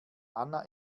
anna